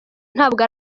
ntabwo